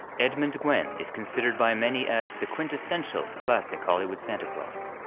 edmund gwenn is considered by many as the quintessential classic hollywood santa claus.